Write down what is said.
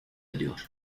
ediyor